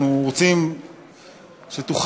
אנחנו רוצים שתוכל,